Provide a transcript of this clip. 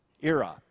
era